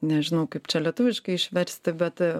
nežinau kaip čia lietuviškai išversti bet